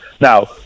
Now